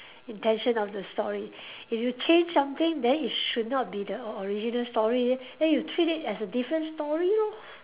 intention of the story if you change something then it should not be the o~ original story then then you treat it as a different story lor